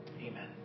Amen